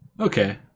Okay